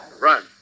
Run